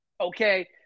Okay